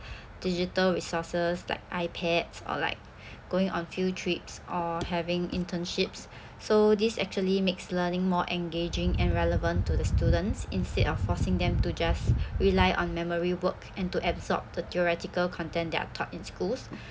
digital resources like ipads or like going on field trips or having internships so this actually makes learning more engaging and relevant to the students instead of forcing them to just rely on memory work and to absorb the theoretical content they're taught in schools